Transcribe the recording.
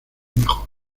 mejor